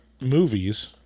movies